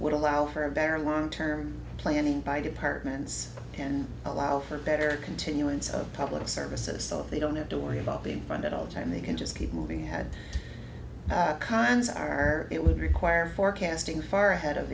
would allow her better long term planning by departments and allow for better continuance of public services so they don't have to worry about being funded all the time they can just keep moving ahead kinds are it would require forecasting far ahead